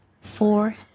four